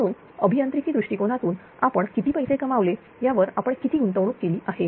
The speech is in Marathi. म्हणून अभियांत्रिकी दृष्टिकोनातून आपण किती पैसे कमावले यावर आपण किती गुंतवणूक केली आहे